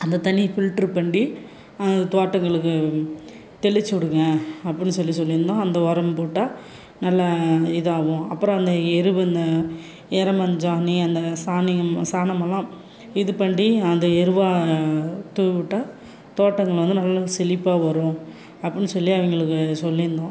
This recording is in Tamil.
அந்த தண்ணியை ஃபில்ட்ரு பண்ணி தோட்டங்களுக்கு தெளித்து விடுங்க அப்படின்னு சொல்லி சொல்லியிருந்தோம் அந்த உரம் போட்டால் நல்லா இதாகும் அப்புறம் அந்த எருவு இந்த எருமஞ்சாணி அந்த சாணியும் சாணமெல்லாம் இது பண்ணி அந்த எருவாக தூவி விட்டா தோட்டங்கள் வந்து நல்லா செலிப்பாக வரும் அப்படின்னு சொல்லி அவங்களுக்கு சொல்லியிருந்தோம்